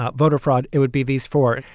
ah voter fraud, it would be these four.